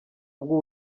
bw’u